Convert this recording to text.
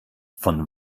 von